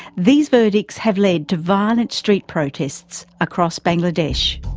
these verdicts have led to violent street protests across bangladesh.